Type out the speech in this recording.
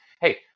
Hey